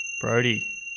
Brody